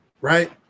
right